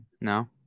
No